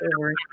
over